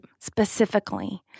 specifically